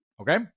Okay